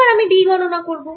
এবার আমি d গণনা করব